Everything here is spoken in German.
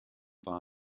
war